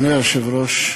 אדוני היושב-ראש,